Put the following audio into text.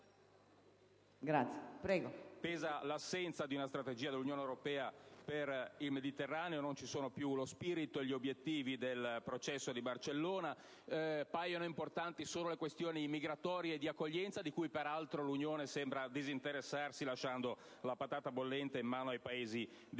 pesa l'assenza di una strategia dell'Unione europea per il Mediterraneo: non ci sono più lo spirito e gli obiettivi del processo di Barcellona, paiono importanti solo le questioni migratorie di accoglienza, di cui peraltro l'Unione sembra disinteressarsi lasciando la patata bollente in mano ai Paesi di confine